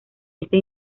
esta